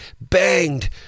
banged